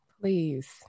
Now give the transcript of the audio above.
please